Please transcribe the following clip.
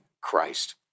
Christ